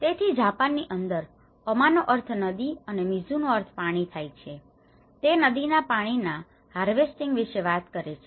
તેથી જાપાન ની અંદર અમા નો અર્થ નદી અને મીઝુ નો અર્થ પાણી થાય છે તે નદી ના પાણી ના હાર્વેસ્ટિંગ વિષે વાત કરે છે